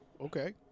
Okay